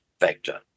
factor